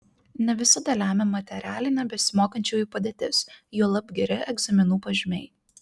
ne visada lemia materialinė besimokančiųjų padėtis juolab geri egzaminų pažymiai